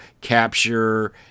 capture